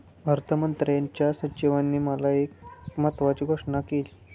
अर्थमंत्र्यांच्या सचिवांनी काल एक महत्त्वाची घोषणा केली